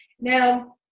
Now